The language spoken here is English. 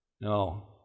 No